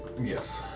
Yes